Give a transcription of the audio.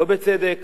לא בצדק,